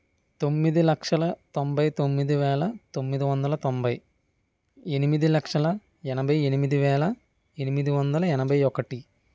తొమ్మిది లక్షల తొంభై తొమ్మిది వేల తొమ్మిది వందల తొంభై ఎనిమిది లక్షల ఎనభై ఎనిమిది వేల ఎనిమిది వందల ఎనభై ఒకటి